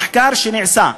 מחקר שנעשה,